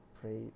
pray